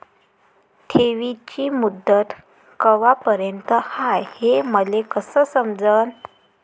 ठेवीची मुदत कवापर्यंत हाय हे मले कस समजन?